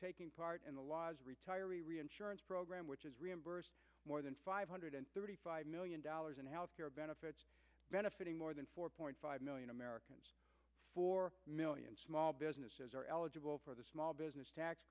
taking part in the law retiree reinsurance program which is reimbursed more than five hundred thirty five million dollars in health care benefits benefiting more than four point five million americans four million small businesses are eligible for the small business tax